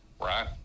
right